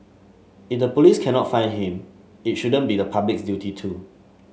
if the police cannot find him it shouldn't be the public's duty to